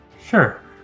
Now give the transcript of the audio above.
Sure